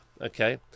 Okay